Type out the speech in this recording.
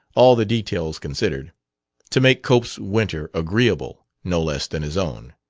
all the details considered to make cope's winter agreeable, no less than his own.